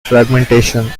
fragmentation